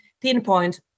pinpoint